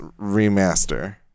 Remaster